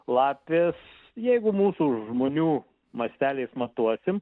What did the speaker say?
lapės jeigu mūsų žmonių masteliais matuosim